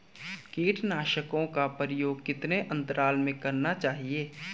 कीटनाशकों का प्रयोग कितने अंतराल में करना चाहिए?